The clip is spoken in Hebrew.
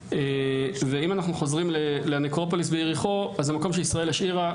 אם אנחנו חוזרים לנקרופוליס ביריחו אז זה מקום שישראל השאירה,